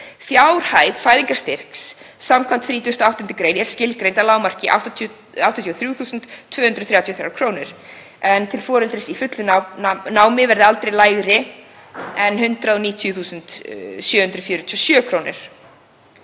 Fjárhæð fæðingarstyrks samkvæmt 38. gr. er skilgreind að lágmarki 83.233 kr., en til foreldris í fullu námi aldrei lægri en 190.747 kr.